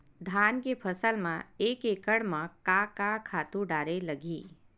धान के फसल म एक एकड़ म का का खातु डारेल लगही?